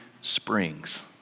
springs